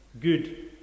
good